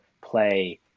play